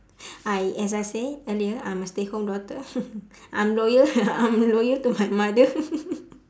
I as I say earlier I'm a stay home daughter I'm loyal I'm loyal to my mother